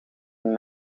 een